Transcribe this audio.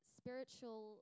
spiritual